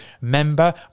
member